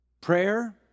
Prayer